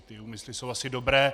Ty úmysly jsou asi dobré.